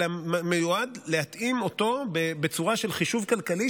אלא מיועד להתאים אותו בצורה של חישוב כלכלי,